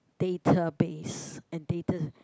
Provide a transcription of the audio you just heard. database and data